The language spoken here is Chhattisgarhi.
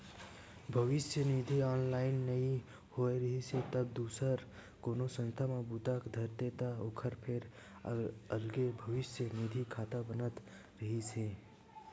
भविस्य निधि ह ऑनलाइन नइ होए रिहिस हे तब दूसर कोनो संस्था म बूता धरथे त ओखर फेर अलगे भविस्य निधि खाता बनत रिहिस हे